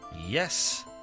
Yes